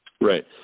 Right